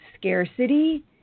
scarcity